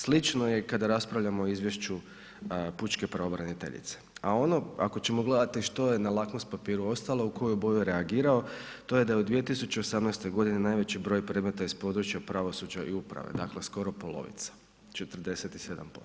Slično je i kad raspravljamo o izvješću pučke pravobraniteljice a ono ako ćemo gledati što je na lakmus papiru ostalo, u koju boju je reagirao a to je da je u 2018. g. najveći broj predmeta iz područja pravosuđa i uprave, dakle skoro polovica, 47%